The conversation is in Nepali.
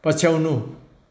पछ्याउनु